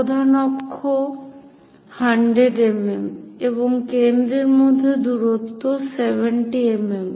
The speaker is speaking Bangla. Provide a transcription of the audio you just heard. প্রধান অক্ষ 100 mm এবং কেন্দ্রের মধ্যে দূরত্ব 70 mm